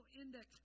index